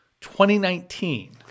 2019